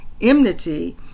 enmity